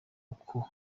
uku